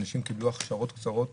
אנשים קיבלו הכשרות קצרות,